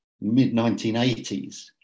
mid-1980s